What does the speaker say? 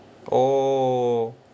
oh